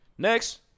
Next